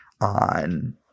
on